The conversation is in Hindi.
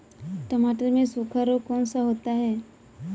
टमाटर में सूखा रोग कौन सा होता है?